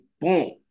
boom